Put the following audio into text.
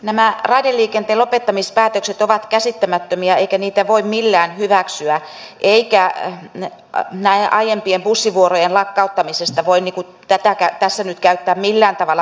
nämä raideliikenteen lopettamispäätökset ovat käsittämättömiä eikä niitä voi millään hyväksyä eikä näiden aiempien bussivuorojen lakkauttamista voi tässä nyt käyttää millään tavalla perusteena